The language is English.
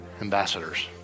Ambassadors